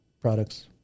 products